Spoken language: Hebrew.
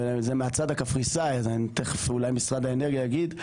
זה מהצד הקפריסאי אז תיכף אולי משרד האנרגיה יגיד,